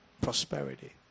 prosperity